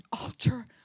altar